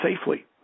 safely